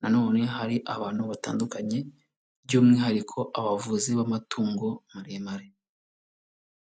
na none hari abantu batandukanye by'umwihariko abavuzi b'amatungo maremare.